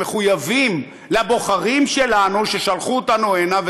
מחויבים לבוחרים שלנו ששלחו אותנו הנה,